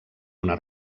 una